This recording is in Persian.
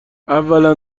اولا